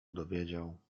dowiedział